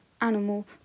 animal